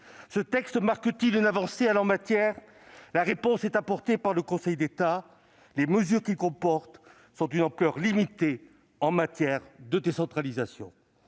Ce texte marque-t-il une avancée ? La réponse est apportée par le Conseil d'État :« Les mesures qu'il comporte sont d'ampleur limitée en matière de décentralisation.